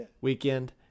weekend